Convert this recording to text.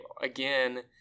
again